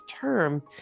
term